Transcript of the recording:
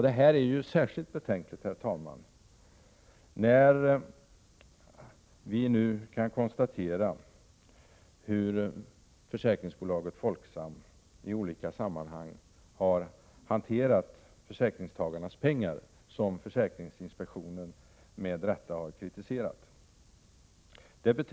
Detta är särskilt betänkligt, herr talman, när det nu kan konstateras hur försäkringsbolaget Folksam i olika sammanhang har hanterat försäkringstagarnas pengar, vilket försäkringsinspektionen med rätta har kritiserat.